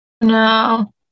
no